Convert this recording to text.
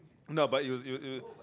no but use you you